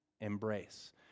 embrace